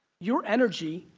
your energy,